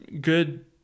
good